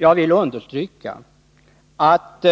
Jag vill understryka att